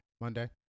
Monday